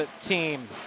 team